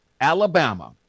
Alabama